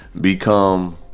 become